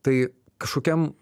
tai kažkokiam